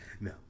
No